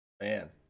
Man